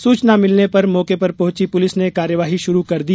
सूचना मिलने पर मौके पर पहुंची पुलिस ने कार्यवाही शुरू कर दी